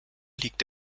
liegt